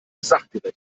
sachgerecht